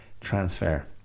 transfer